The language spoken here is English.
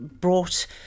brought